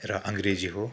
र अङ्ग्रेजी हो